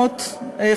עכשיו,